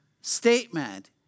statement